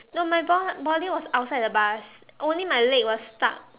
no my bo~ body was outside the bus only my leg was stuck